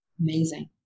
Amazing